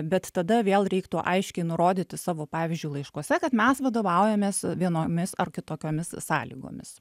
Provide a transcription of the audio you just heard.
bet tada vėl reiktų aiškiai nurodyti savo pavyzdžiui laiškuose kad mes vadovaujamės vienomis ar kitokiomis sąlygomis